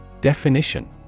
Definition